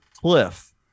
Cliff